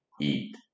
eat